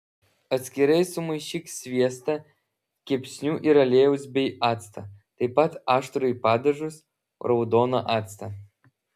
atskirai sumaišyk sviestą kepsnių ir aliejaus bei acto taip pat aštrųjį padažus raudoną actą